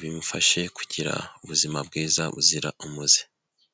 bimufashe kugira ubuzima bwiza buzira umuze.